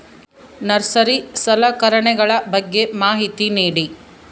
Nursery ಸಲಕರಣೆಗಳ ಬಗ್ಗೆ ಮಾಹಿತಿ ನೇಡಿ?